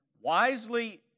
wisely